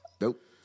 Nope